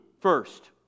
first